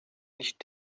nicht